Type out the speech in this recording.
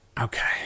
Okay